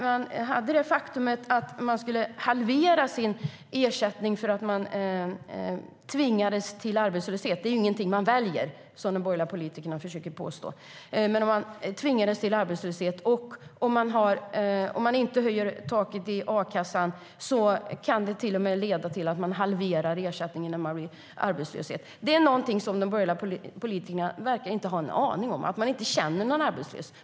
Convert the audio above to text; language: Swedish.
Men ersättningen halverades när man tvingades till arbetslöshet - arbetslöshet är ju ingenting som man väljer, som de borgerliga politikerna försöker påstå. Om inte taket i a-kassan höjs kan det leda till halverad ersättning vid arbetslöshet. Det är någonting som de borgerliga politikerna inte verkar ha en aning om. De känner inte någon som är arbetslös.